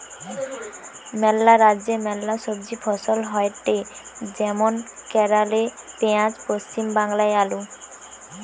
ম্যালা রাজ্যে ম্যালা সবজি ফসল হয়টে যেমন কেরালে পেঁয়াজ, পশ্চিম বাংলায় আলু